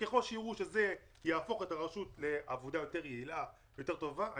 ככל שיראו שזה יהפוך את הרשות לעבודה יותר יעילה ויותר טובה,